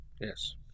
Yes